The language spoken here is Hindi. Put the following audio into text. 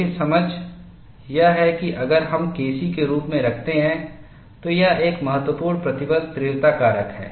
देखें समझ यह है कि अगर हम KC के रूप में रखते हैं तो यह एक महत्वपूर्ण प्रतिबल तीव्रता कारक है